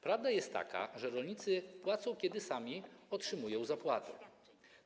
Prawda jest taka, że rolnicy płacą, kiedy sami otrzymują zapłatę.